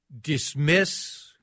dismiss